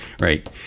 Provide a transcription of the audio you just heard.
Right